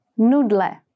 Nudle